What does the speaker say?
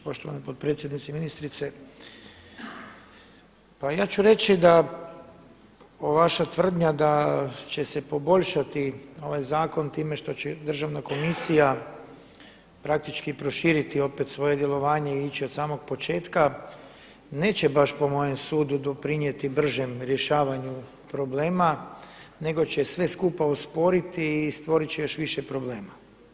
Poštovana potpredsjednice, ministrice pa ja ću reći da ova vaša tvrdnja da će se poboljšati ovaj zakon time što će Državna komisija praktički proširiti opet svoje djelovanje i ići od samog početka neće baš po mojem sudu doprinijeti bržem rješavanju problema, nego će sve skupa usporiti i stvorit će još više problema.